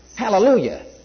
Hallelujah